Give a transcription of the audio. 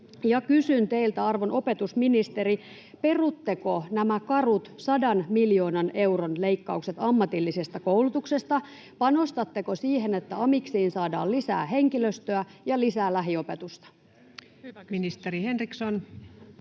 kysyn teiltä, arvon opetusministeri: Perutteko nämä karut sadan miljoonan euron leikkaukset ammatillisesta koulutuksesta? Panostatteko siihen, että amiksiin saadaan lisää henkilöstöä ja lisää lähiopetusta?